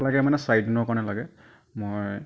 লাগে মানে চাৰিদিনৰ কাৰণে লাগে মই